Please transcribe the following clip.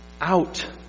out